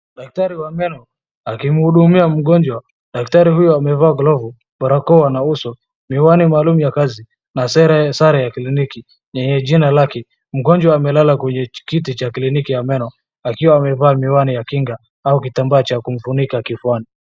Daktari wa meno akimhudumia mgonjwa. Daktari huyu amevaa glavu, barakoa na uso miwani maalum ya kazi na sare ya kliniki na jina lake. Mgonjwa amelala kwenye kiti cha kliniki ya meno akiwa amevaa miwani ya kinga au kitambaa cha kumfunika kifuani.